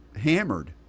hammered